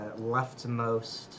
leftmost